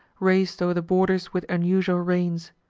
rais'd o'er the borders with unusual rains.